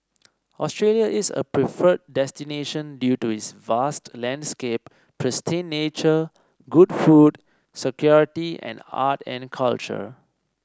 Australia is a preferred destination due to its vast landscape pristine nature good food security and art and culture